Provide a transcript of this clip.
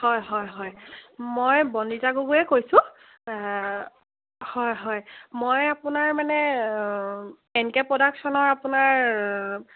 হয় হয় হয় মই বন্দিতা গগৈয়ে কৈছোঁ হয় হয় মই আপোনাৰ মানে এনকে প্ৰডাকশ্যনৰ আপোনাৰ